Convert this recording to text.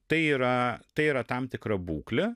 tai yra tai yra tam tikra būklė